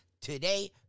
today